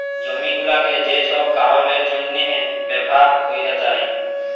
জমি গুলাকে যে ছব কারলের জ্যনহে ব্যাভার ক্যরা যায়